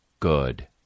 Good